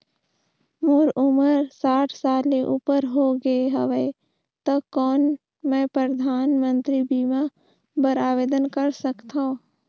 मोर उमर साठ साल ले उपर हो गे हवय त कौन मैं परधानमंतरी बीमा बर आवेदन कर सकथव?